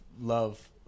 love